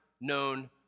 known